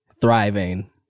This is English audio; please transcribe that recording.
Thriving